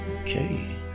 okay